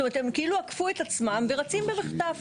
את אומרת, הם כאילו עקפו את עצמם ורצים במחטף.